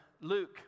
Luke